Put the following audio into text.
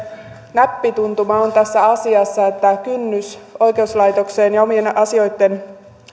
näppituntuma on tässä asiassa että kynnys oikeuslaitokseen ja omien asioitten